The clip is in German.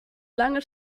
lange